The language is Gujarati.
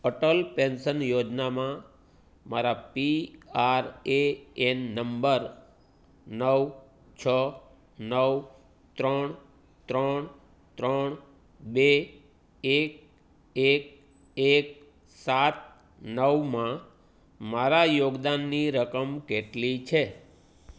અટલ પેન્સન યોજનામાં મારા પીઆરએએન નંબર નવ છ નવ ત્રણ ત્રણ ત્રણ બે એક એક એક સાત નવમાં મારા યોગદાનની રકમ કેટલી છે